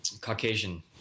Caucasian